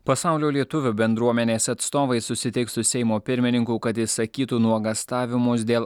pasaulio lietuvių bendruomenės atstovai susitiks su seimo pirmininku kad išsakytų nuogąstavimus dėl